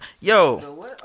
Yo